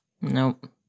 nope